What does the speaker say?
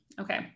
Okay